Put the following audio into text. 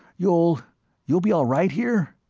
you'll you'll be all right here?